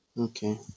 Okay